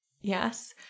Yes